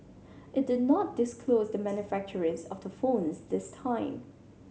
it did not disclose the manufacturers of the phones this time